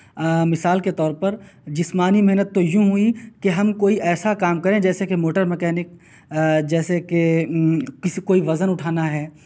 مثال کے طور پر جسمانی محنت تو یوں ہوئی کہ ہم کوئی ایسا کام کریں جیسا کہ موٹر مکینک جیسے کہ کسی کوئی وزن اٹھانا ہے